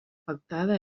pactada